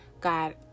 God